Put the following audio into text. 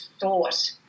thought